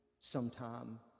sometime